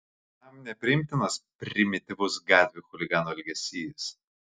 jam nepriimtinas primityvus gatvių chuliganų elgesys